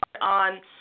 on